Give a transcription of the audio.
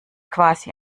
quasi